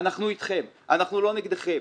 אנחנו איתכם, אנחנו לא נגדכם.